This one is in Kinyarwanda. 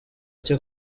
cye